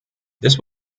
this